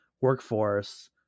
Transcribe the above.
workforce